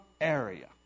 area